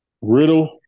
Riddle